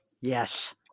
Yes